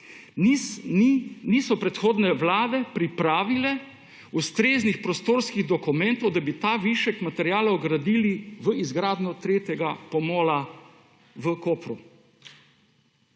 niso predhodne Vlade pripravile ustreznih prostorskih dokumentov, da bi ta višek materiala vgradili v izgradnjo tretjega pomola v Kopru,